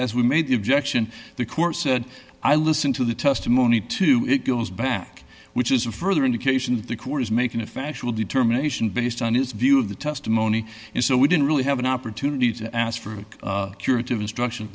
as we made exaction the court said i listened to the testimony to it goes back which is a further indication that the court is making a factual determination based on his view of the testimony and so we didn't really have an opportunity to ask for a curative instruction